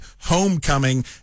homecoming